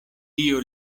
dio